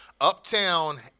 Uptown